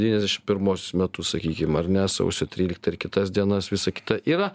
devyniasdešim pirmuosius metus sakykim ar ne sausio tryliktą ir kitas dienas visa kita yra